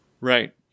Right